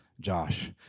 Josh